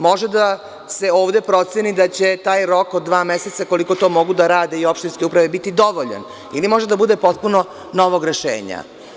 Može da se ovde proceni da će taj rok od dva meseca, koliko to mogu da rade i opštinske uprave biti dovoljan ili može da bude potpuno novog nekog rešenja.